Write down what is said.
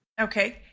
Okay